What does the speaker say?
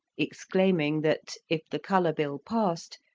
exclaiming that, if the colour bill passed,